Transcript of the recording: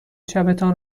چپتان